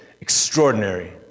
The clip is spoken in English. extraordinary